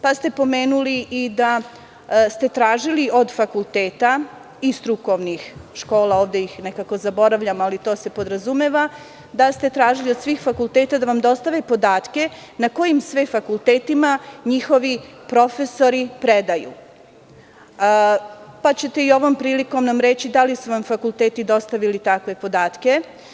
Pomenuli ste i da ste tražili od fakulteta i strukovnih škola, ovde ih nekako zaboravljamo, ali to se podrazumeva, da ste tražili od svih fakulteta da vam dostave podatke na kojim sve fakultetima njihovi profesori predaju, pa ćete nam i ovom prilikom reći da li su vam fakulteti dostavili takve podatke.